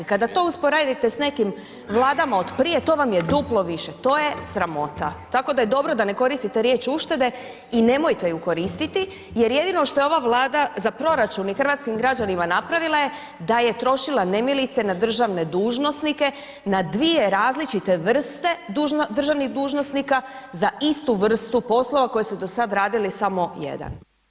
Kada to usporedite sa nekim Vlada od prije, to vam je duplo više, to je sramota, tako da je dobro da ne koristite riječ uštede i nemojte ju koristiti jer jedino što je ova Vlada za proračun i hrvatskim građanima napravila je da je trošila nemilice na državne dužnosnike, na dvije različite vrste državnih dužnosnika za istu vrstu poslova koju su do sad radili samo jedan.